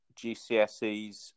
gcses